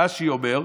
רש"י אומר: